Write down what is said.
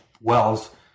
Wells